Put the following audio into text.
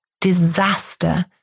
disaster